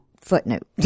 footnote